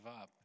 up